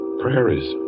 prairies